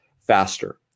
faster